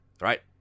right